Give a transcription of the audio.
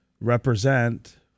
represent